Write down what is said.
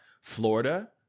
Florida